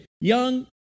young